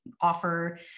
offer